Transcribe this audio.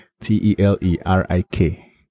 T-E-L-E-R-I-K